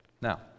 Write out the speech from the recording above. Now